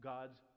God's